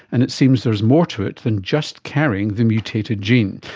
and it seems there's more to it than just carrying the mutated gene.